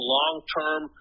long-term